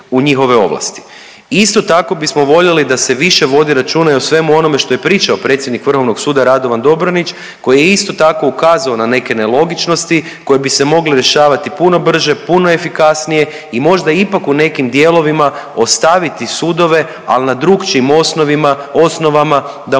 u njihove ovlasti. Isto tako bismo voljeli da se više vodi računa i o svemu onome što je pričao predsjednik vrhovnog suda Radovan Dobronić koji je isto tako ukazao na neke nelogičnosti koje bi se mogle rješavati puno brže, puno efikasnije i možda ipak u nekim dijelovima ostaviti sudove, al na drukčijim osnovima, osnovama